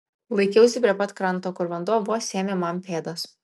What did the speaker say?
laikiausi prie pat kranto kur vanduo vos sėmė man pėdas